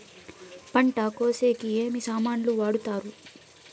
పంట కోసేకి ఏమి సామాన్లు వాడుతారు?